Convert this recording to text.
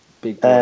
big